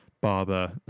Barber